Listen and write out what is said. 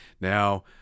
Now